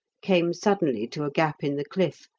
came suddenly to a gap in the cliff,